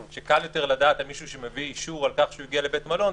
שקל יותר לדעת על מישהו שהביא אישור על כך שהוא הגיע לבית מלון,